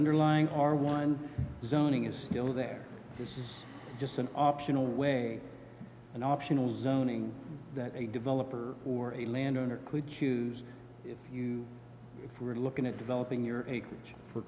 underlying are ones zoning is still there this is just an optional way an optional zoning that a developer or a landowner could choose if you were looking at developing your acreage for